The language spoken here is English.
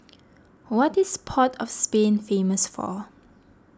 what is Port of Spain famous for